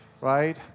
Right